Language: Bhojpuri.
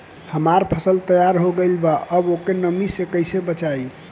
हमार फसल तैयार हो गएल बा अब ओके नमी से कइसे बचाई?